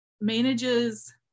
manages